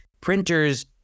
printers